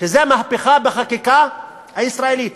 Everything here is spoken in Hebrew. שזה מהפכה בחקיקה הישראלית